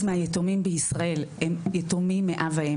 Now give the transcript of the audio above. מהיתומים בישראל הם יתומים מאב ואם.